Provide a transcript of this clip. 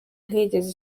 ntiyigeze